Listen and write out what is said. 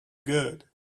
good